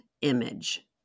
image